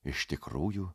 iš tikrųjų